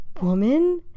woman